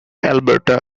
alberta